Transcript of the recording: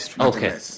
Okay